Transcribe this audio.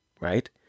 right